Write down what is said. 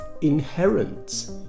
inherent